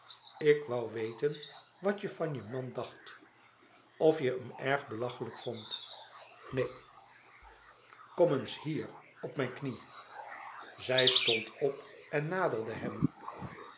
ik woû weten wat je van je man dacht of je hem erg belachelijk vond een aargang om eens hier op mijn knie zij stond op en naderde hem